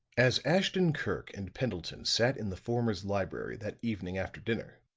as ashton-kirk and pendleton sat in the former's library that evening after dinner,